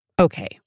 okay